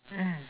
mm